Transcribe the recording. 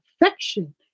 perfection